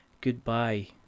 goodbye